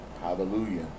Hallelujah